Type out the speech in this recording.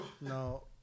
No